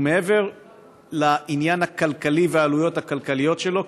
שהוא מעבר לעניין הכלכלי והעלויות הכלכליות שלו,